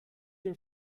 your